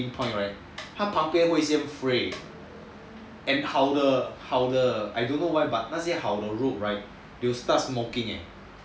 他旁边会先 fray and 好的 I don't know why but 那些好的 rope right will start smoking eh